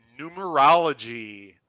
Numerology